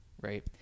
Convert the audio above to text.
right